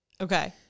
Okay